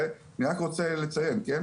אני רק רוצה לציין, כן?